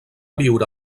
viure